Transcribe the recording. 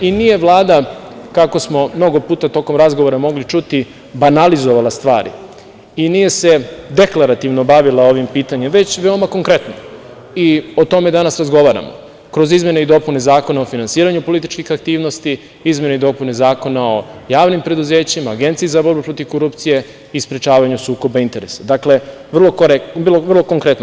Nije Vlada, kako smo mnogo puta tokom razgovora mogli ćuti, banalizovala stvari i nije se deklarativno bavila ovima pitanjima, već veoma konkretno i o tome danas razgovaramo, kroz izmene i dopune Zakona o finansiranju političkih aktivnosti, izmene i dopune Zakona o javnim preduzećima, o Agenciji za borbu protiv korupcije i sprečavanju sukoba interesa, dakle, vrlo konkretno.